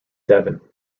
devon